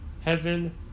Heaven